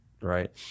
right